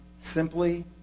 simply